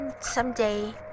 someday